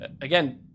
again